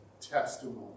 testimony